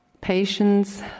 patience